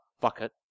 bucket